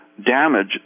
damage